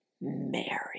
Mary